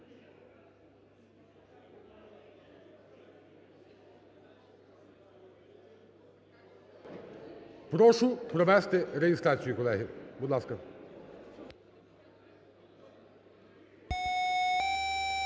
Прошу провести реєстрацію, колеги, будь ласка.